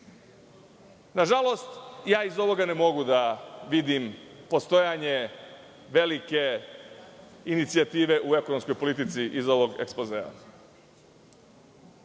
zemlje. Nažalost, ja iz ovoga ne mogu da vidim postojanje velike inicijative u ekonomskoj politici iz ovog ekspozea.